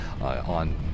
on